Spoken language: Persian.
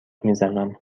میزنم